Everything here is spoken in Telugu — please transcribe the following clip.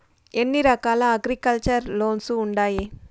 ఎన్ని రకాల అగ్రికల్చర్ లోన్స్ ఉండాయి